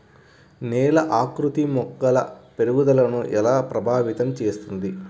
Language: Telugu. నేల ఆకృతి మొక్కల పెరుగుదలను ఎలా ప్రభావితం చేస్తుంది?